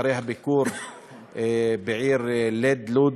אחרי הביקור בעיר לוד,